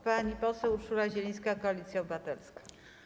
Pani poseł Urszula Zielińska, Koalicja Obywatelska.